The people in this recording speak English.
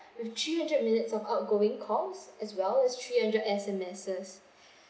with three hundred minutes of outgoing calls as well as three hundred S_M_S